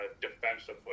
defensively